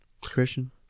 Christian